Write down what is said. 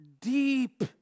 deep